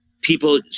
people